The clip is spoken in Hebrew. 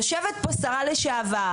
יושבת פה שרה לשעבר,